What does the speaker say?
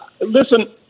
Listen